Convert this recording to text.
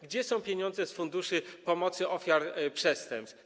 Gdzie są pieniądze z funduszy pomocy ofiarom przestępstw?